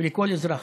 ולכל אזרח,